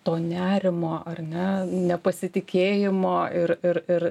to nerimo ar ne nepasitikėjimo ir ir ir